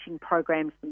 programs